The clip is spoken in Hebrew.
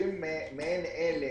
שכספים מעין אלה